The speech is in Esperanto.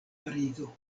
parizo